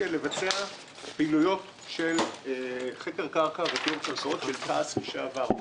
כדי לבצע פעילויות של חקר קרקע וטיהור קרקעות של תע"ש לשעבר.